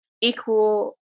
equal